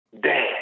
dad